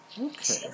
Okay